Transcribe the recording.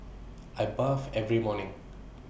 I bath every morning